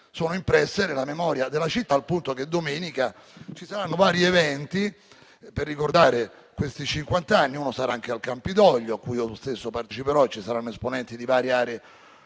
sono impresse nella memoria della città, al punto che domenica ci saranno vari eventi, per ricordare questi cinquant'anni: uno sarà anche al Campidoglio, a cui io stesso parteciperò e ci saranno esponenti di varie aree